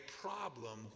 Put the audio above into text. problem